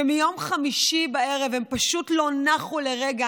שמיום חמישי בערב הם פשוט לא נחו לרגע.